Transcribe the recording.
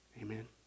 Amen